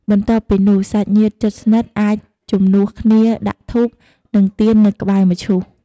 បន្ទាប់ពីនោះ សាច់ញាតិជិតស្និទ្ធអាចជំនួសគ្នាដាក់ធូប និងទៀននៅក្បែរមឈូស។